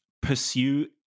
Pursue